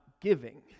giving